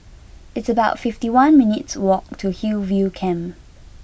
it's about fifty one minutes' walk to Hillview Camp